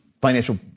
financial